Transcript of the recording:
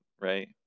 right